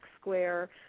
square